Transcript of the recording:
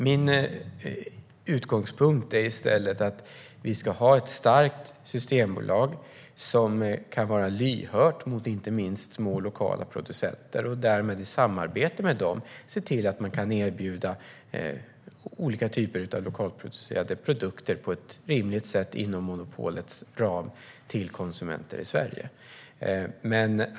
Min utgångspunkt är i stället att vi ska ha ett starkt systembolag som kan vara lyhört inte minst för små lokala producenter och därmed i samarbete med dem se till att kunna erbjuda olika typer av lokalproducerade produkter på ett rimligt sätt inom monopolets ram till konsumenter i Sverige.